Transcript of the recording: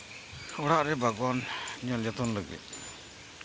ᱚᱲᱟᱜ ᱨᱮ ᱵᱟᱜᱽᱣᱟᱱ ᱧᱮᱞ ᱡᱚᱛᱚᱱ ᱞᱟᱹᱜᱤᱫ